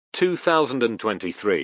2023